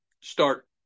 start